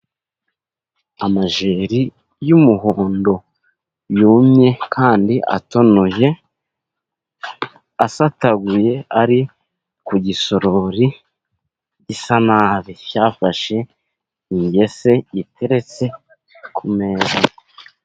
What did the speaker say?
Amajeri y'umuhondo, yumye kandi atonoye, asataguye, ari ku gisorori gisa nabi, cyafashe ingese, giteretse ku meza.